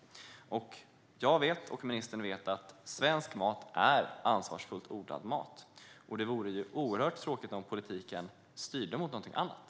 Jag vet, och ministern vet, att svensk mat är ansvarsfullt odlad mat. Och det vore oerhört tråkigt om politiken styrde mot någonting annat.